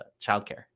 childcare